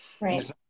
Right